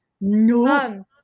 No